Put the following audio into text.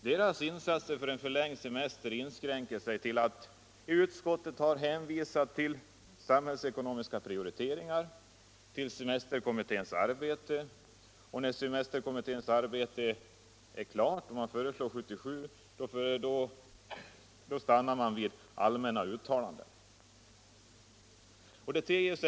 Deras insatser för en förlängd semester inskränker sig till att hänvisa till samhällsekonomiska prioriteringar samt till semesterkommitténs arbete, och när semesterkommitténs arbete är klart — kommittén föreslår 1977 — stannar de vid allmänna uttalanden.